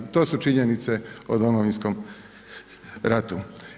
To su činjenice o Domovinskom ratu.